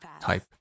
type